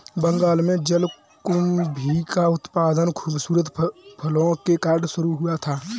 बंगाल में जलकुंभी का उत्पादन खूबसूरत फूलों के कारण शुरू हुआ था